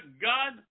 God